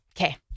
Okay